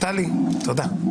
טלי, תודה.